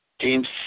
James